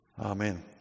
Amen